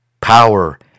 power